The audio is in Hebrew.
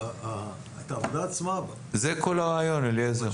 זה כל הרעיון, אליעזר.